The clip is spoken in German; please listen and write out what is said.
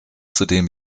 zudem